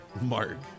Mark